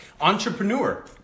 Entrepreneur